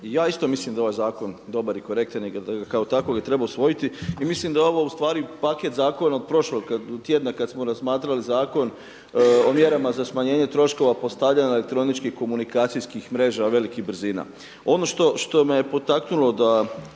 ja isto mislim da je ovaj zakon dobar i korektan i da ga kao takvoga treba usvojiti. I mislim da je ovo ustvari paket zakona od prošlog tjedna kad smo razmatrali zakon o mjerama za smanjenje troškova postavljanja elektroničkih komunikacijskih mreža velikih brzina. Ono što me je potaknulo da